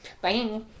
Bye